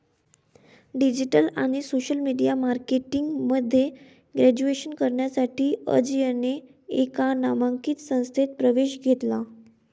digital आणि social media marketing मध्ये graduation करण्यासाठी अजयने एका नामांकित संस्थेत प्रवेश घेतला